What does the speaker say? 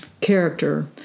character